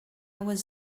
was